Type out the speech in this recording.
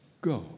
go